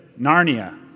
Narnia